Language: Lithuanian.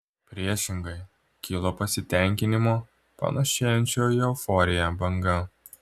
priešingai kilo pasitenkinimo panašėjančio į euforiją banga